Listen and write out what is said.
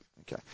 Okay